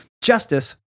justice